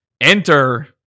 Enter